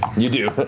you do.